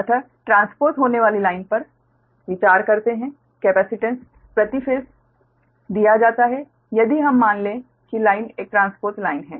अतः ट्रांसपोस होने वाली लाइन पर विचार करते है कैपेसिटेंस प्रति फेस दिया जाता है यदि हम मान लें कि लाइन एक ट्रांसपोज़ लाइन है